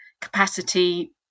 capacity